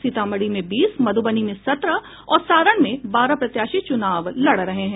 सीतामढ़ी में बीस मधुबनी में सत्रह और सारण में बारह प्रत्याशी चुनाव लड़ रहे हैं